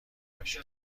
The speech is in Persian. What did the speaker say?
باشی